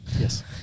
Yes